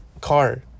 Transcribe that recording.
car